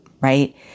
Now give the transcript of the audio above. right